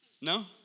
No